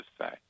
say